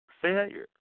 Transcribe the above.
failure